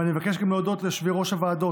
ואני מבקש גם להודות ליושבי-ראש הוועדות